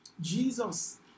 Jesus